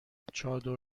چادر